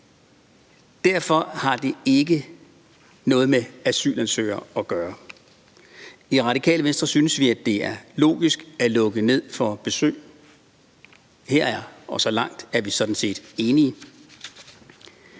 Derfor har det ikke noget med asylansøgere at gøre. I Radikale Venstre synes vi, at det er logisk at lukke ned for besøg, og så langt er vi sådan set enige,